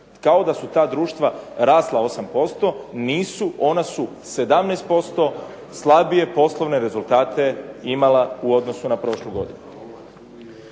Kao da su ta društva rasla 8%, nisu ona su 17%, slabije poslovne rezultate imala u odnosu na prošlu godinu.